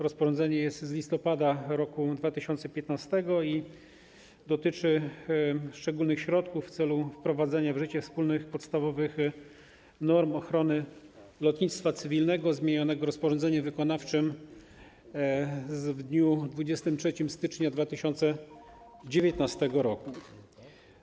Rozporządzenie jest z listopada roku 2015 i dotyczy szczegółowych środków w celu wprowadzenia w życie wspólnych podstawowych norm ochrony lotnictwa cywilnego i zostało zmienione rozporządzeniem wykonawczym w dniu 23 stycznia 2019 r.